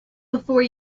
before